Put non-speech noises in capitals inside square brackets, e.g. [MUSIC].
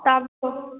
[UNINTELLIGIBLE]